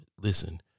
listen